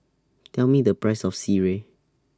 Tell Me The Price of Sireh